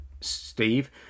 Steve